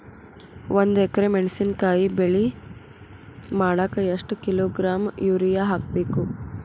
ಒಂದ್ ಎಕರೆ ಮೆಣಸಿನಕಾಯಿ ಬೆಳಿ ಮಾಡಾಕ ಎಷ್ಟ ಕಿಲೋಗ್ರಾಂ ಯೂರಿಯಾ ಹಾಕ್ಬೇಕು?